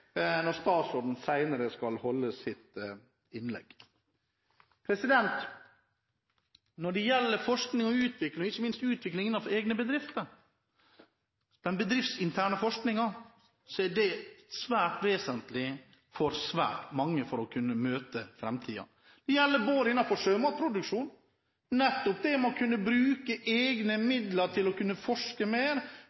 når han senere skal holde sitt innlegg. Når det gjelder forskning og utvikling – ikke minst utvikling innenfor egne bedrifter, den bedriftsinterne forskningen – er det svært vesentlig for svært mange for å kunne møte framtiden. Det gjelder innenfor sjømatproduksjon – nettopp det med å kunne bruke egne